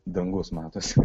dangus matosi